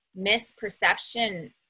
misperception